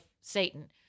Satan